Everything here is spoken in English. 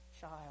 child